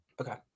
Okay